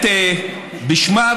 בשמה,